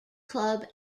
club